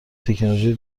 تکنولوژی